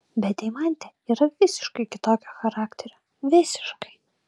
bet deimantė yra visiškai kitokio charakterio visiškai